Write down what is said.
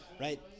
Right